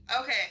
Okay